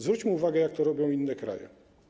Zwróćmy uwagę, jak to robią inne kraje.